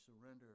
surrender